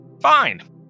Fine